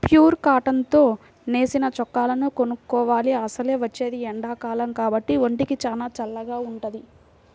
pure cotton తో నేసిన చొక్కాలను కొనుక్కోవాలి, అసలే వచ్చేది ఎండాకాలం కాబట్టి ఒంటికి చానా చల్లగా వుంటది